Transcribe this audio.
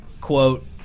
quote